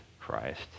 Christ